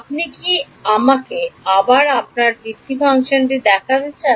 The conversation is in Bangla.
আপনি কি আমাকে আবার আপনার ভিত্তি ফাংশনটি দেখাতে চান